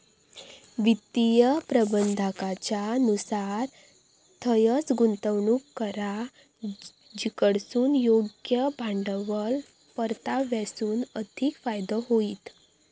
वित्तीय प्रबंधाकाच्या नुसार थंयंच गुंतवणूक करा जिकडसून योग्य भांडवल परताव्यासून अधिक फायदो होईत